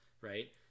right